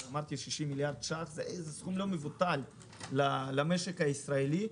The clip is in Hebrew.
ו-60 מיליארד שקל שזה סכום לא מבוטל למשק הישראלי,